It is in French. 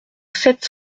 sept